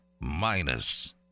minus